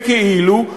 בכאילו,